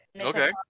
Okay